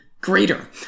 greater